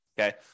okay